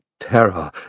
terror